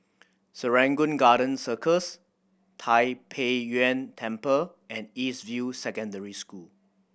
Serangoon Garden Circus Tai Pei Yuen Temple and East View Secondary School